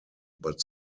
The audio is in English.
but